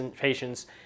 patients